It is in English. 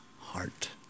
heart